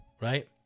right